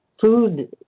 food